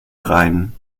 rein